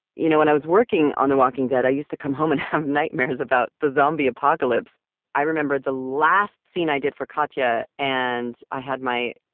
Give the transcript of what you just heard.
you know, when i was working on the walking dead, i used to come home and have nightmares about the zombie apocalypse i remember the last scene i did for katjaa, and i had my,